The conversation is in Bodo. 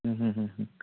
उम उम उम